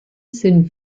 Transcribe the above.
sind